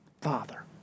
Father